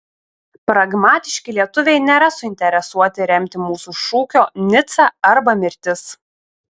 pragmatiški lietuviai nėra suinteresuoti remti mūsų šūkio nica arba mirtis